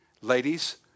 Ladies